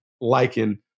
liken